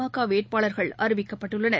ம க வேட்பாளர்கள் அறிவிக்கப்பட்டுள்ளனர்